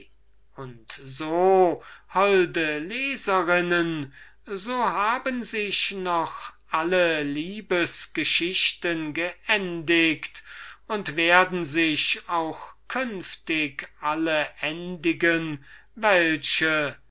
und so meine schöne leserinnen so haben sich noch alle liebes geschichten geendigt und so werden sich auch künftig alle endigen welche